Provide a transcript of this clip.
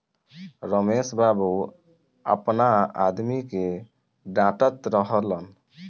रमेश बाबू आपना आदमी के डाटऽत रहलन